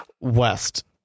West